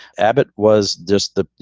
abbott was just the,